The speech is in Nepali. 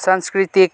सांस्कृतिक